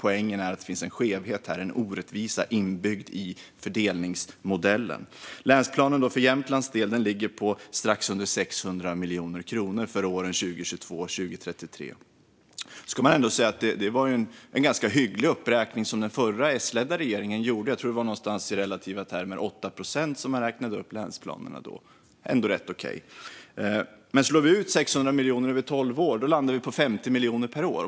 Poängen är att det finns en skevhet här, en orättvisa inbyggd i fördelningsmodellen. Länsplanen för Jämtlands del ligger på strax under 600 miljoner kronor för åren 2022-2033. Då var det ändå en ganska hygglig uppräkning som den förra S-ledda regeringen gjorde. Jag tror att det var någonstans i relativa termer 8 procent som man räknade upp länsplanerna med. Det är ändå rätt okej. Men slår vi ut 600 miljoner över tolv år landar vi på 50 miljoner per år.